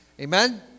Amen